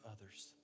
others